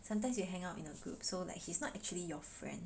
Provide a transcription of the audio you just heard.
sometimes you hang out in a group so like he's not actually your friend